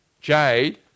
Jade